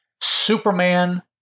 Superman